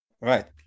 Right